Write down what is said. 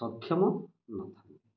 ସକ୍ଷମ ନଥାନ୍ତି